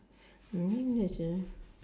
I think that's a